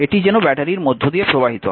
এটি যেন ব্যাটারির মধ্য দিয়ে প্রবাহিত হয়